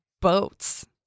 boats